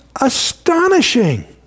astonishing